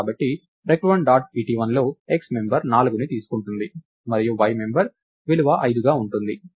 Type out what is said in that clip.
pt1 లో x member 4ని తీసుకుంటుంది మరియు y మెంబర్ విలువ 5 గా ఉంటుంది